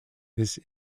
this